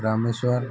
Rameshwar